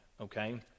okay